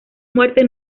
muerte